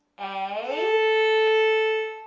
a,